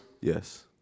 Yes